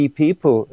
people